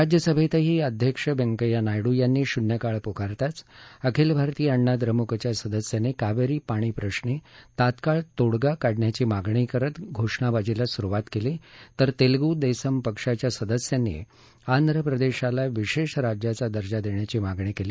राज्यसभेतही अध्यक्ष व्यंकय्या नायडू यांनी शून्यकाळ पुकारताच अखिल भारतीय अण्णा द्रमुकच्या सदस्यांनी कावेरी पाणीप्रश्री तात्काळ तोडगा काढण्याची मागणी करत घोषणाबाजीला सुरुवात केली तर तेलगु देसम पक्षाच्या सदस्यांनी आंध्र प्रदेशाला विशेष राज्याचा दर्जा देण्याची मागणी केली